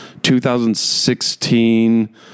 2016